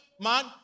man